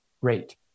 rate